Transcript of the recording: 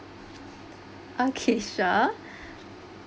okay sure